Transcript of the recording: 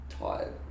tired